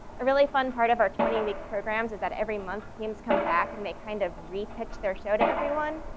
a really fun part of our twenty week programs is that every month teams come back and they kind of re pitch their show to everyone.